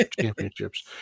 championships